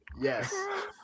yes